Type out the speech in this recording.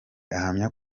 ahamya